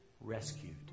rescued